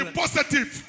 positive